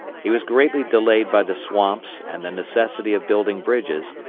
he was greatly delayed by the swamps and the necessity of building bridges,